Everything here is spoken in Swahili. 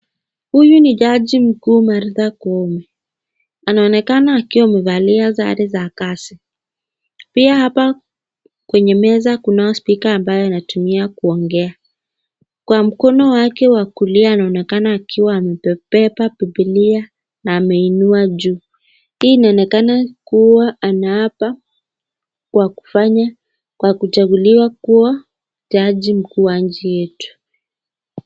Huyu ni jaji mkuu Martha Koome. Anaonekana akiwa amevalia sare za kazi. Pia hapa kwenye meza kuna spika ambayo inatumia kuongea. Kwa mkono wake wa kulia anaonekana akiwa amebeba bibilia na ameinua juu. Hii inaonekana kuwa anahaba kwa kufanya kwa kujakuliwa kuwa jaji mkuu wa nchi yetu.